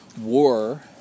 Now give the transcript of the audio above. war